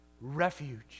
refuge